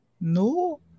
No